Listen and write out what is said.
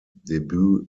debut